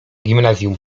gimnazjum